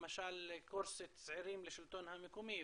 למשל קורס צעירים לשלטון המקומי,